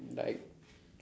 like